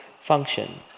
function